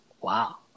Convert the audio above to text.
Wow